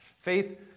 Faith